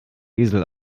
esel